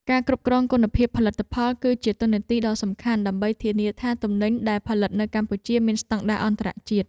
ការគ្រប់គ្រងគុណភាពផលិតផល គឺជាតួនាទីដ៏សំខាន់ដើម្បីធានាថាទំនិញដែលផលិតនៅកម្ពុជាមានស្តង់ដារអន្តរជាតិ។